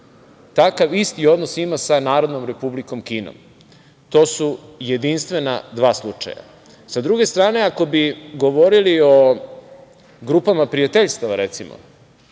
takav isti odnos ima sa Narodnom Republikom Kinom. To su jedinstvena dva slučaja. Sa druge strane, ako bi govorili o grupama prijateljstava recimo,